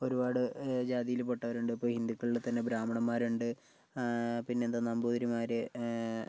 ഒരുപാട് ജാതിയിൽപ്പെട്ടവരുണ്ട് ഇപ്പോൾ തന്നെ ഹിന്ദുക്കളിൽ ബ്രാഹ്മണന്മാരുണ്ട് പിന്നെന്താ നമ്പൂതിരിമാർ